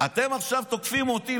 אתם עכשיו תוקפים אותי,